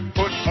put